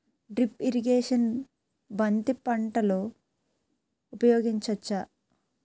Drip irrigation బంతి పంటలో ఊపయోగించచ్చ?